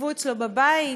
ישבו אצלו בבית,